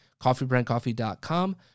coffeebrandcoffee.com